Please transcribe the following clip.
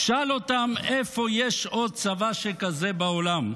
שאל אותם איפה יש עוד צבא שכזה בעולם.